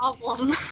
Problem